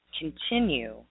continue